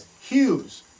Hughes